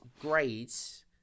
grades